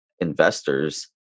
investors